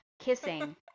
kissing